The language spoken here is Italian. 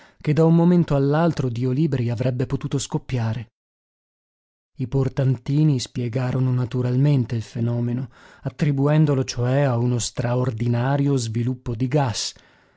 che da un momento all'altro dio liberi avrebbe potuto scoppiare i portantini spiegarono naturalmente il fenomeno attribuendolo cioè a uno straordinario sviluppo di gas